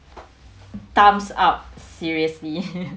thumbs up seriously